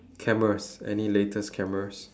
cameras any latest cameras